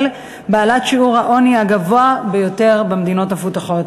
שיעור העוני הגבוה ביותר בקרב המדינות המפותחות,